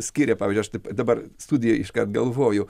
skiria pavyzdžiui aš taip dabar studijoj iškart galvoju